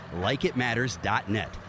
LikeItMatters.net